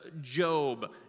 Job